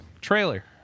Trailer